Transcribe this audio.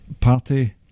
party